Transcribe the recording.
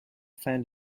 fin